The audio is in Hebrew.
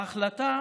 ההחלטה